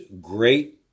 great